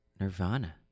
nirvana